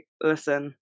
listen